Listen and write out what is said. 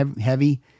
heavy